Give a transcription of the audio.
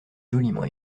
joliment